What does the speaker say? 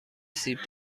سیب